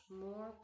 more